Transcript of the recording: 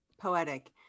poetic